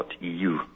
EU